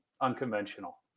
unconventional